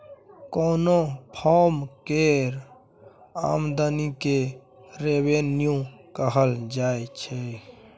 कोनो फर्म केर आमदनी केँ रेवेन्यू कहल जाइ छै